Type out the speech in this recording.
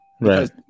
right